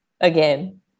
again